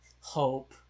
hope